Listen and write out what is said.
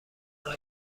آنها